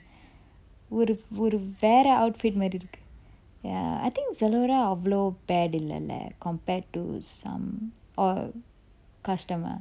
ஒரு ஒரு வேற:oru oru vera outfit மாதிரி இருக்கு:madiri irukku ya I think zalora அவ்வளவு:avvalavu bad இல்ல:illa lah compared to some or customer